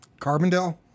Carbondale